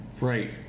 Right